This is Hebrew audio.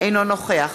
אינו נוכח